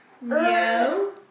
No